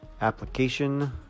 application